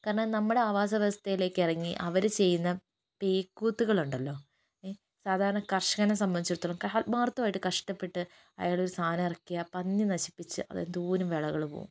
കാരണം നമ്മുടെ ആവാസ വ്യവസ്ഥയിലേക്കിറങ്ങി അവർ ചെയ്യുന്ന പേക്കൂത്തുകളുണ്ടല്ലോ ഏഹ് സാധാരണ കർഷകനെ സംബന്ധിച്ചെടത്തോളം ആത്മാർത്ഥമായിട്ട് കഷ്ടപ്പെട്ട് അയാളൊരു സാധനം ഇറക്കിയാൽ പന്നി നശിപ്പിച്ച് അതെന്തോരം വിളകൾ പോകും